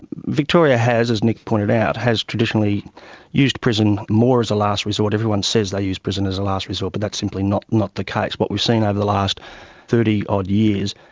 victoria has, as nick pointed out, has traditionally used prison more as a last resort, everyone says they use prison as a last resort, but that's simply not not the case. what we've seen over the last thirty odd years,